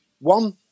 one